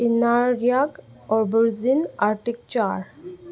ꯏꯅꯔꯔꯤꯌꯥꯛ ꯑꯣꯔꯕꯨꯖꯤꯟ ꯑꯥꯔꯇꯤꯛꯆꯥꯔ